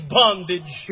bondage